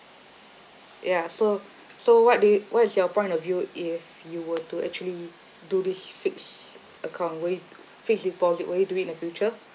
ya so so what do you what's your point of view if you were to actually do this fixed account will you fixed deposit will you do it in the future